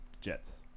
Jets